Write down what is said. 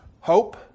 hope